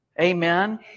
Amen